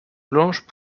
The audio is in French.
blanches